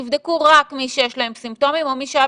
נבדקו רק אלה שהיו להם סימפטומים או מי שהיה